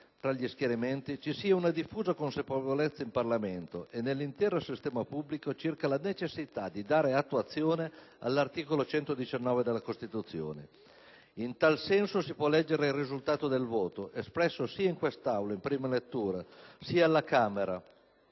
tra gli schieramenti, ci sia una diffusa consapevolezza in Parlamento e nell'intero sistema pubblico circa la necessità di dare attuazione all'articolo 119 della Costituzione. In tal senso si può leggere il risultato del voto, espresso sia in quest'Aula in prima lettura, sia alla Camera,